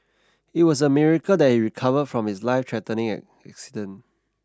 it was a miracle that he recovered from his lifethreatening accident